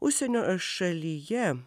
užsienio šalyje